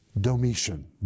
Domitian